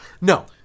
No